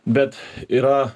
bet yra